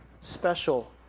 special